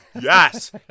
Yes